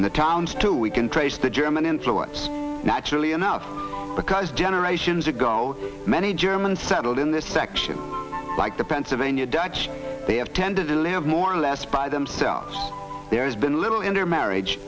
in the towns too we can trace the german influence naturally enough because generations ago many germans settled in this section like the pennsylvania dutch they have tended to live more or less by themselves there's been little intermarriage